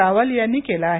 रावल यांनी केलं आहे